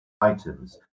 items